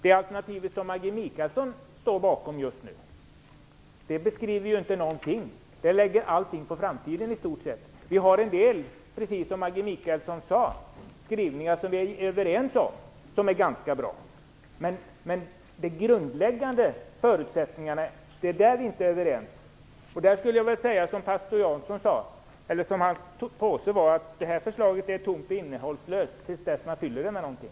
Det alternativ som Maggi Mikaelsson nu står bakom beskriver inte någonting, utan det lägger i stort sett allt på framtiden. Precis som Maggi Mikaelsson sade är vi överens om en del skrivningar, som är ganska bra, men vi är inte överens om de grundläggande förutsättningarna. Jag skulle vilja säga om det här förslaget att det liksom pastor Janssons påse är tomt och innehållslöst till dess man fyller det med någonting.